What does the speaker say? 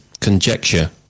conjecture